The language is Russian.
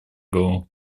голову